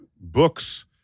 books